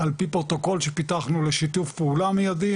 על פי פרוטוקול שפיתחנו לשיתוף פעולה מידי,